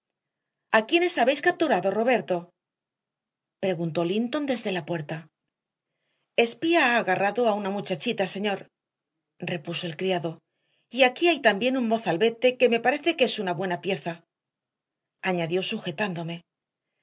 quien habéis capturado roberto preguntó linton desde la puerta e spía ha agarrado a una muchachita señor repuso el criado y aquí hay también un mozalbete que me parece que es una buena pieza añadió sujetándome